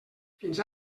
fins